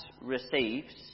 receives